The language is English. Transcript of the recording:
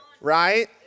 Right